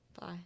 bye